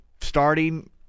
starting